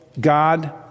God